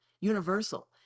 universal